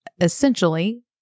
essentially